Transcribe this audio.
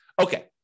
Okay